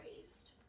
raised